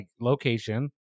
location